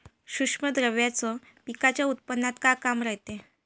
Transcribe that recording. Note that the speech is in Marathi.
सूक्ष्म द्रव्याचं पिकाच्या उत्पन्नात का काम रायते?